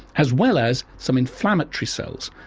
as well as some inflammatory cells.